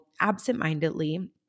absentmindedly